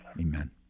amen